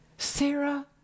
Sarah